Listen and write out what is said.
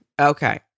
Okay